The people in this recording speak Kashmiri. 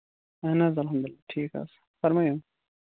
اَہَن حظ اَلحمدُللہ ٹھیٖک حظ فرمٲیو